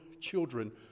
children